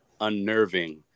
unnerving